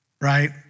Right